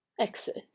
Exit